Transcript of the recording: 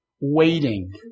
waiting